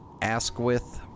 AskWith